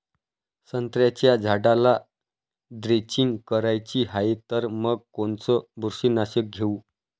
संत्र्याच्या झाडाला द्रेंचींग करायची हाये तर मग कोनच बुरशीनाशक घेऊ?